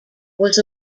was